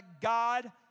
God